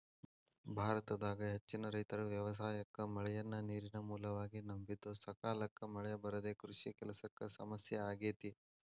ಭಾರತದಾಗ ಹೆಚ್ಚಿನ ರೈತರು ವ್ಯವಸಾಯಕ್ಕ ಮಳೆಯನ್ನ ನೇರಿನ ಮೂಲವಾಗಿ ನಂಬಿದ್ದುಸಕಾಲಕ್ಕ ಮಳೆ ಬರದೇ ಕೃಷಿ ಕೆಲಸಕ್ಕ ಸಮಸ್ಯೆ ಆಗೇತಿ